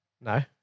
No